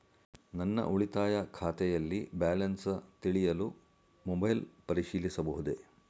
ನನ್ನ ಉಳಿತಾಯ ಖಾತೆಯಲ್ಲಿ ಬ್ಯಾಲೆನ್ಸ ತಿಳಿಯಲು ಮೊಬೈಲ್ ಪರಿಶೀಲಿಸಬಹುದೇ?